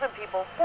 people